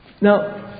Now